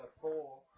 four